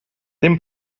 dim